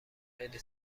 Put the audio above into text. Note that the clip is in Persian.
خیلی